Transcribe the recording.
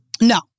No